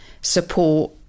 support